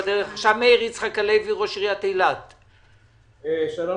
מאיר יצחק הלוי, ראש עירית אילת, בבקשה.